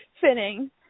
fitting